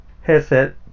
headset